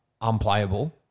unplayable